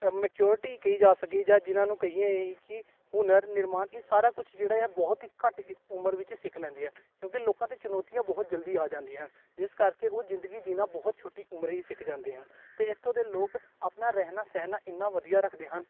maturity ਕਹੀ ਜਾ ਸਕੇ ਜਾਂ ਜਿਨ੍ਹਾਂ ਨੂੰ ਕਹੀਏ ਕਿ ਹੁਨਰ ਨਿਰਮਾਣ ਇਹ ਸਾਰਾ ਕੁਛ ਜਿਹੜਾ ਆ ਬਹੁਤ ਹੀ ਘੱਟ ਉਮਰ ਵਿੱਚ ਸਿੱਖ ਲੈਂਦੇ ਹੈ ਕਿਉਂਕਿ ਲੋਕਾਂ 'ਤੇ ਚੁਣੌਤੀਆਂ ਬਹੁਤ ਜਲਦੀ ਆ ਜਾਂਦੀਆਂ ਜਿਸ ਕਰਕੇ ਉਹ ਜ਼ਿੰਦਗੀ ਜੀਣਾ ਬਹੁਤ ਛੋਟੀ ਉਮਰ ਹੀ ਸਿੱਖ ਜਾਂਦੇ ਹਨ ਅਤੇ ਇੱਥੋਂ ਦੇ ਲੋਕ ਆਪਣਾ ਰਹਿਣਾ ਸਹਿਣਾ ਇੰਨਾ ਵਧੀਆ ਰੱਖਦੇ ਹਨ